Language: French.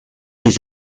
des